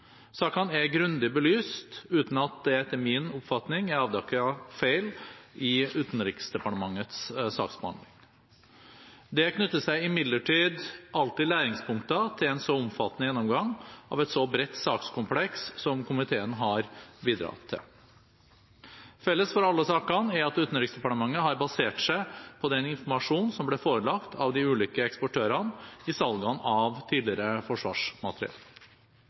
Sakene er grundig belyst uten at det etter min oppfatning er avdekket feil i Utenriksdepartementets saksbehandling. Det knytter seg imidlertid alltid læringspunkter til en så omfattende gjennomgang av et så bredt sakskompleks som komiteen har bidratt til. Felles for alle sakene er at Utenriksdepartementet har basert seg på den informasjonen som ble forelagt dem av de ulike eksportørene i salgene av tidligere forsvarsmateriell.